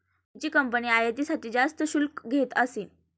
पूर्वीची कंपनी आयातीसाठी जास्त शुल्क घेत असे